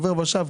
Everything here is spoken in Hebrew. עובר ושב,